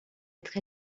être